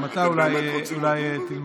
תקשיב גם אתה לתשובה ואז גם אותה אולי תלמד.